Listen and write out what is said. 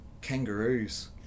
kangaroos